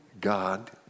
God